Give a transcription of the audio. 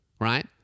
right